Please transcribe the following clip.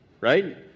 Right